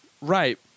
Right